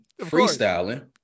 freestyling